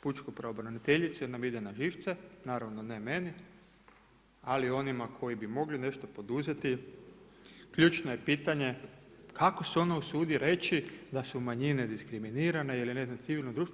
pučku pravobraniteljicu jer nam ide na živce, naravno ne meni ali onima koji bi mogli nešto poduzeti, ključno je pitanje kako se ona usudi reći da su manjine diskriminirane ili ne znam civilno društvo.